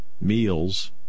Meals